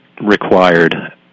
required